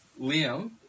Liam